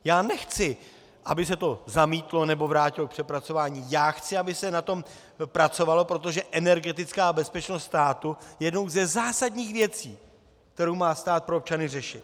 Já nechci, aby se to zamítlo nebo vrátilo k přepracování, já chci, aby se na tom pracovalo, protože energetická bezpečnost státu je jednou ze zásadních věcí, kterou má stát pro občany řešit.